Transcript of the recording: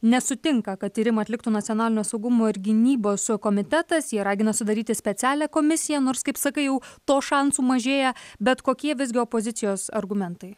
nesutinka kad tyrimą atliktų nacionalinio saugumo ir gynybos komitetas jie ragina sudaryti specialią komisiją nors kaip sakai jau to šansų mažėja bet kokie visgi opozicijos argumentai